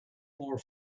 more